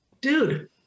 dude